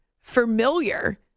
familiar